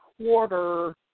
quarter